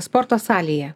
sporto salėje